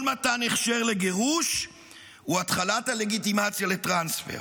כל מתן הכשר לגירוש הוא התחלת הלגיטימציה לטרנספר.